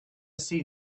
seen